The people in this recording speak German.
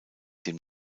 dem